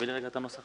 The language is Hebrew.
בעיקרון,